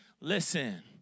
listen